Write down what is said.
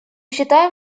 считаем